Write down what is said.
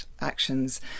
actions